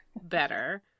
better